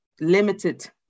limited